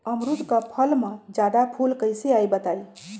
अमरुद क फल म जादा फूल कईसे आई बताई?